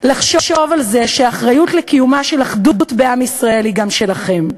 לחשוב על זה שהאחריות לקיומה של אחדות בעם ישראל היא גם שלכם.